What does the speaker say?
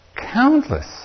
Countless